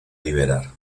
liberar